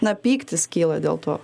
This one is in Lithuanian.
na pyktis kyla dėl to